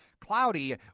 Cloudy